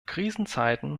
krisenzeiten